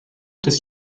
des